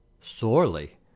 Sorely